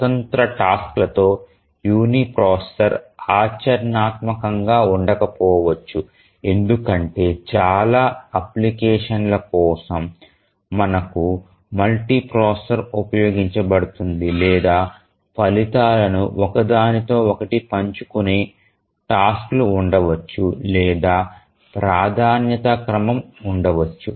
స్వతంత్ర టాస్క్ లతో యునిప్రాసెసర్ ఆచరణాత్మకంగా ఉండకపోవచ్చు ఎందుకంటే చాలా అప్లికేషన్ల కోసం మనకు మల్టీప్రాసెసర్ ఉపయోగించబడుతోంది లేదా ఫలితాలను ఒక దానితో ఒకటి పంచుకునే టాస్క్ లు ఉండవచ్చు లేదా ప్రాధాన్యత క్రమం ఉండవచ్చు